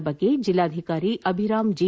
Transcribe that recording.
ಈ ಕುರಿತು ಜಿಲ್ಲಾಧಿಕಾರಿ ಅಭಿರಾಮ್ ಜಿ